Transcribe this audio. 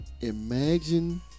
imagine